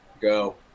Go